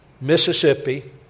Mississippi